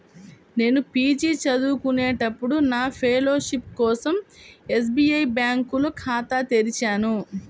నేను పీజీ చదువుకునేటప్పుడు నా ఫెలోషిప్ కోసం ఎస్బీఐ బ్యేంకులో ఖాతా తెరిచాను